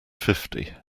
fifty